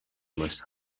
must